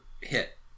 hit